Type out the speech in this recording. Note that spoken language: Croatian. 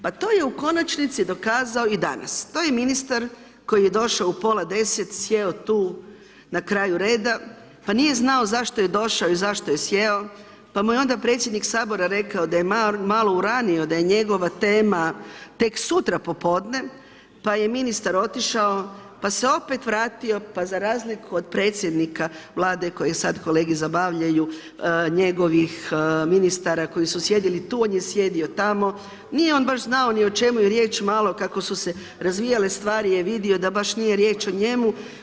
Pa to je u konačnici dokazao i danas. to je ministar koji je došao u pola 10, sjeo tu na kraju reda pa nije znao zašto je došao i zašto je sjeo pa mu je onda predsjednik Sabora rekao da je malo uranio, da je njegova tema tek sutra popodne pa je ministar otišao pa se opet vratio pa za razliku od predsjednika Vlade kojeg sad kolege zabavljaju, njegovih ministara koji su sjedili tu, on je sjedio tamo, nije on baš znao ni o čemu je riječ, malo kako su se razvijale stvari je vidio da baš nije riječ o njemu.